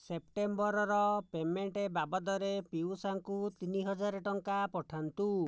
ସେପ୍ଟେମ୍ବରର payment ବାବଦରେ ପିଉସାଙ୍କୁ ତିନି ହଜାର ଟଙ୍କା ପଠାନ୍ତୁ